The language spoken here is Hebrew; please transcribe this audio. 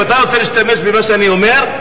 אם אתה רוצה להשתמש במה שאני אומר,